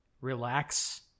relax